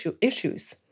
issues